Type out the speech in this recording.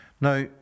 Now